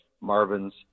marvin's